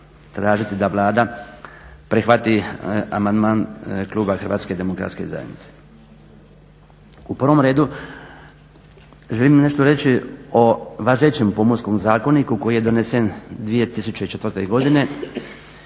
tražiti da Vlada prihvati amandman kluba HDZ-a. U prvom redu želim nešto reći o važećem pomorskom zakoniku koji je donesen 2004.godine